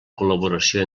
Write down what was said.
col·laboració